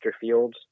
Fields